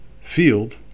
field